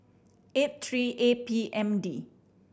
eight three A P M D